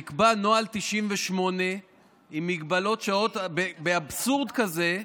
נקבע נוהל 98 עם מגבלות, באבסורד כזה,